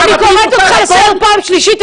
אני קוראת אותך לסדר פעם שלישית.